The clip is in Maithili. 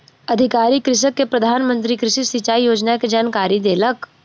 अधिकारी कृषक के प्रधान मंत्री कृषि सिचाई योजना के जानकारी देलक